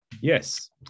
yes